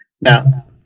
Now